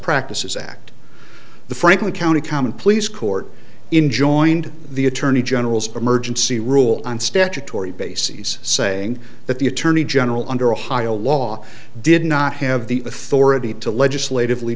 practices act the franklin county common pleas court in joined the attorney general's emergency rule on statutory bases saying that the attorney general under ohio law did not have the authority to legislatively